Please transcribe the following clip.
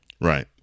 Right